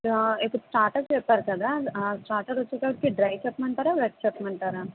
ఇప్పుడు స్టార్టర్స్ చెప్పారు కదా స్టార్టర్ వచ్చేటప్పుడుకి డ్రై చెప్పమంటారా వెట్ చెప్పమంటారా